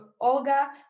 Olga